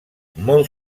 molt